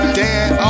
dad